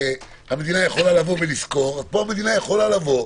המדינה יכולה לשכור פה המדינה יכולה לבוא,